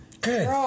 Good